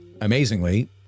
amazingly